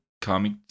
comic